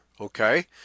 okay